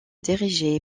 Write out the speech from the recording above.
dirigée